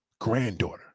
granddaughter